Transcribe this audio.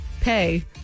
pay